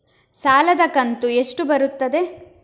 ಸಾಲದ ಕಂತು ಎಷ್ಟು ಬರುತ್ತದೆ?